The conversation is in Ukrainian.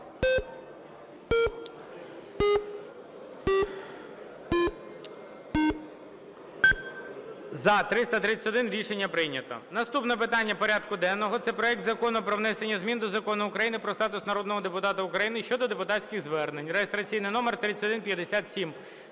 За-331 Рішення прийнято. Наступне питання порядку денного – це проект Закону про внесення змін до Закону України "Про статус народного депутата України" (щодо депутатських звернень) (реєстраційний номер 3157).